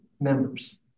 members